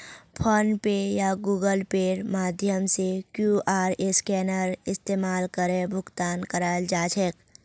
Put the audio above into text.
phone पे या Google पेर माध्यम से क्यूआर स्कैनेर इस्तमाल करे भुगतान कराल जा छेक